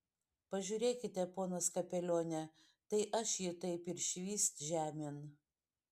pažiūrėkite ponas kapelione tai aš jį taip ir švyst žemėn